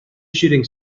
shooting